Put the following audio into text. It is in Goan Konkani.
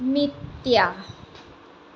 मित्या